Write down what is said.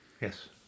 yes